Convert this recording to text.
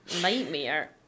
nightmare